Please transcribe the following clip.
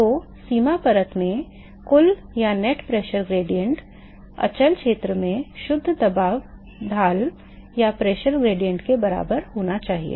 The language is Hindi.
तो सीमा परत में कुल दबाव ढाल अचल क्षेत्र में शुद्ध दबाव ढाल के बराबर होना चाहिए